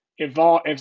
Evolve